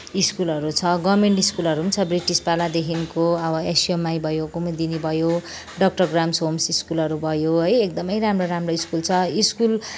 स्कुलहरू छ गभर्मेन्ट स्कुलहरू पनि छ ब्रिटिस पालादेखिको अब एसयुएमआई भयो कुम्दिनी भयो डक्टर ग्राह्मस् होम्स स्कुलहरू भयो है एकदमै राम्रो राम्रो स्कुल छ स्कुल